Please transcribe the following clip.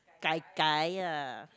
gai gai ah